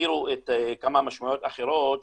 יכירו כמה משמעויות אחרות,